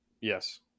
Yes